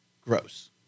gross